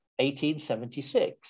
1876